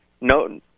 no